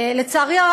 לצערי הרב,